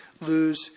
lose